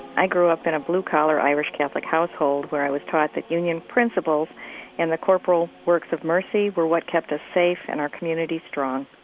i grew up in a blue-collar, blue-collar, irish catholic household, where i was taught that union principles and the corporal works of mercy were what kept us safe and our community strong.